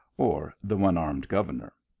or the one armed governor.